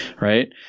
right